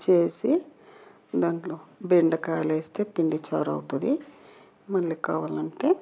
చేసి దాంట్లో బెండకాయలు వేస్తే పిండి చారు అవుతుంది మళ్ళీ కావాలంటే